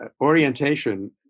orientation